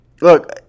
look